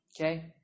Okay